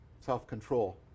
self-control